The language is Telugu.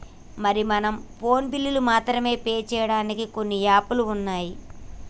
మరి మనం ఫోన్ బిల్లులు మాత్రమే పే చేయడానికి కొన్ని యాప్లు ఉన్నాయి